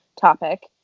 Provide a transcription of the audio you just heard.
topic